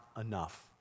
enough